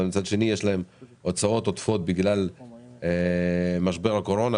ומצד שני יש הוצאות עודפות בגלל משבר הקורונה,